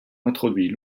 introduit